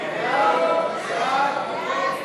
סעיף 42,